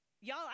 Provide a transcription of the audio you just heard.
Y'all